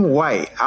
White